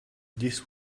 this